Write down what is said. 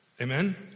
Amen